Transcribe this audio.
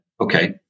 okay